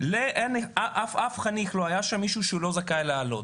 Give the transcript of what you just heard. לא היה שם מישהו, אף חניך, שלא זכאי לעלות.